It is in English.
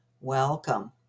Welcome